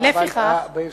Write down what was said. ב"פורוורד"